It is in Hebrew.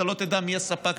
אתה לא תדע מי הספק,